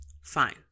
Fine